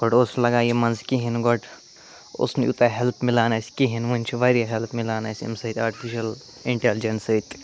گۄڈٕ اوس نہٕ لَگان یہِ مَزٕ کِہیٖنۍ گۄڈٕ اوس نہٕ یوٗتاہ ہٮ۪لٕپ مِلان اَسہِ کِہیٖنۍ وٕنۍ چھِ واریاہ ہٮ۪لٕپ مِلان اَسہِ اَمہِ سۭتۍ آرٹفِشَل اِنٛٹٮ۪لِجٮ۪نٕس سۭتۍ